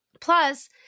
plus